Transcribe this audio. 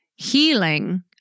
Healing